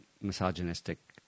misogynistic